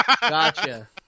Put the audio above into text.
Gotcha